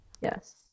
Yes